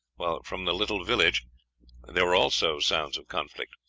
while from the little village there were also sounds of conflict.